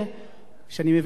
ואני מבין את האינסטינקטים,